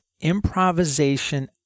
improvisation